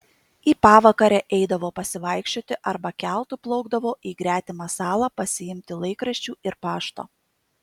į pavakarę eidavo pasivaikščioti arba keltu plaukdavo į gretimą salą pasiimti laikraščių ir pašto